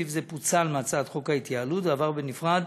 סעיף זה פוצל מהצעת חוק ההתייעלות ועבר בנפרד